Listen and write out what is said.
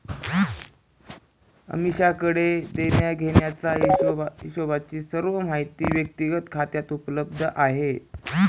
अमीषाकडे देण्याघेण्याचा हिशोबची सर्व माहिती व्यक्तिगत खात्यात उपलब्ध आहे